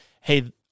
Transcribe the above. hey